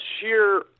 sheer